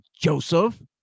Joseph